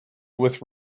with